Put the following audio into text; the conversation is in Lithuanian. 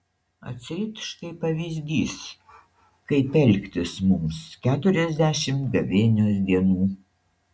atseit štai pavyzdys kaip elgtis mums keturiasdešimt gavėnios dienų